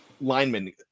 linemen